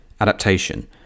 adaptation